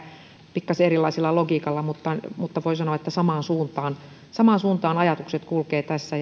pikkaisen erilaisella logiikalla mutta voi sanoa että samaan suuntaan samaan suuntaan ajatukset kulkevat tässä